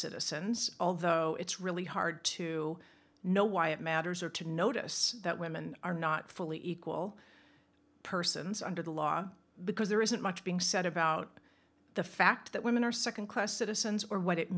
citizens although it's really hard to know why it matters or to notice that women are not fully equal persons under the law because there isn't much being said about the fact that women are nd class citizens or what it